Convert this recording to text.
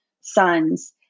sons